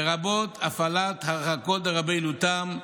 לרבות הפעלת "הרחקות דרבנו תם",